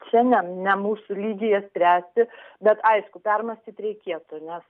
čia ne ne mūsų lygyje spręsti bet aišku permąstyt reikėtų nes